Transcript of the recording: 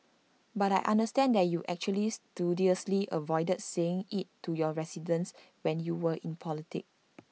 but I understand that you actually studiously avoided saying IT to your residents when you were in politics